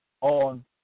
on